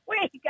Wait